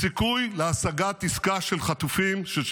היא מסייעת למשא ומתן או פוגעת בו?